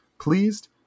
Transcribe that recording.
pleased